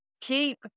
keep